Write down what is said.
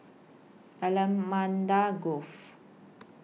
Allamanda Grove